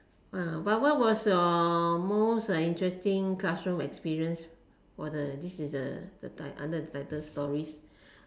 ah but what was your most interesting classroom experience for the this is the the ti~ under the title stories